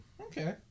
Okay